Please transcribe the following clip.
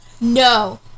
no